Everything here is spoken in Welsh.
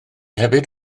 hefyd